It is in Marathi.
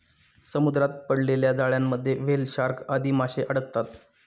समुद्रात पडलेल्या जाळ्यांमध्ये व्हेल, शार्क आदी माशे अडकतात